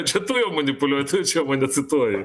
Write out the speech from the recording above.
čia tu jau manipuliuoji tu čia mane cituoji